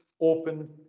open